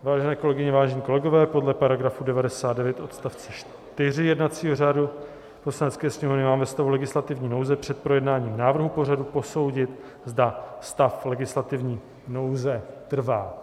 Vážené kolegyně, vážení kolegové, podle § 99 odst. 4 jednacího řádu Poslanecké sněmovny máme ve stavu legislativní nouze před projednáním návrhu pořadu posoudit, zda stav legislativní nouze trvá.